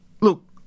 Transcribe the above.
look